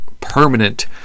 permanent